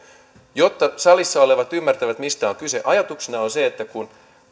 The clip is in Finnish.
jotta salissa olevat ymmärtävät mistä on kyse ajatuksena on se että kun